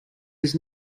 his